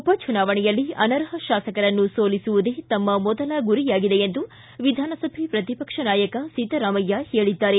ಉಪ ಚುನಾವಣೆಯಲ್ಲಿ ಅನರ್ಹ ಶಾಸಕರನ್ನು ಸೋಲಿಸುವುದೇ ತಮ್ಮ ಮೊದಲ ಗುರಿಯಾಗಿದೆ ಎಂದು ವಿಧಾನಸಭೆ ಪ್ರತಿಪಕ್ಷ ನಾಯಕ ಸಿದ್ದರಾಮಯ್ಯ ಹೇಳಿದ್ದಾರೆ